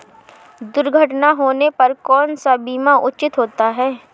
दुर्घटना होने पर कौन सा बीमा उचित होता है?